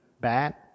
bad